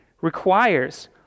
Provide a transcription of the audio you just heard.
requires